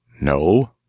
No